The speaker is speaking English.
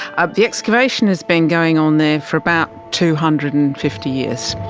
ah the excavation has been going on there for about two hundred and fifty years.